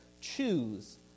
choose